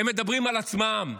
הם מדברים על עצמם.